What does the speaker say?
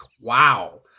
Wow